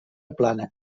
plana